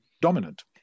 dominant